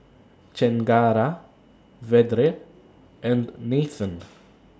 Chengara Vedre and Nathan